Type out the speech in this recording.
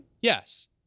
yes